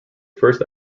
first